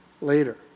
later